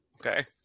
okay